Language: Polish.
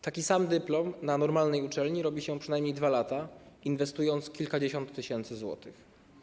Taki sam dyplom na normalnej uczelni robi się przynajmniej 2 lata, inwestując kilkadziesiąt tysięcy złotych.